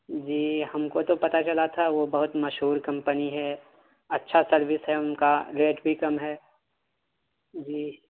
جی ہم کو تو پتا چلا تھا وہ بہت مشہور کمپنی ہے اچھا سروس ہے ان کا ریٹ بھی کم ہے جی